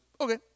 okay